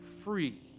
free